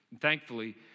Thankfully